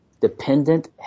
dependent